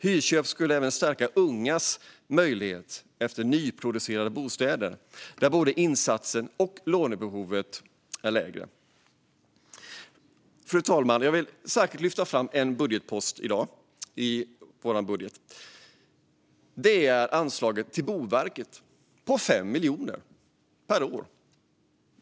Hyrköp skulle även stärka ungas möjlighet att få nyproducerade bostäder där både insatsen och lånebehovet är lägre. Fru talman! Jag vill i dag särskilt lyfta fram en budgetpost i vår budget. Det är anslaget till Boverket om 5 miljoner per år.